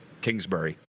Kingsbury